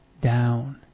down